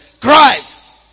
Christ